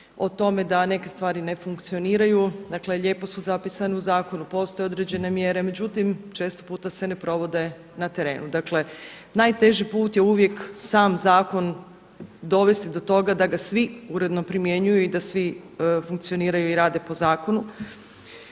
o tome da neke stvari ne funkcioniraju. Dakle, lijepo su zapisane u zakonu, postoje određene mjere. Međutim, često puta se ne provode na terenu. Dakle, najteži put je uvijek sam zakon, dovesti do toga da ga svi uredno primjenjuju i da svi funkcioniraju i rade po zakonu.